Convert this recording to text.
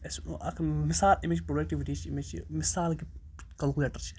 أسۍ وَنو اَکھ مِثال اَمِچ پرٛوڈَکٹِوِٹی چھِ اَمِچ چھِ مِثال کہِ کَلکُلیٹَر چھِ